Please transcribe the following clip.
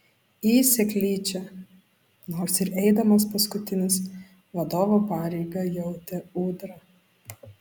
į seklyčią nors ir eidamas paskutinis vadovo pareigą jautė ūdra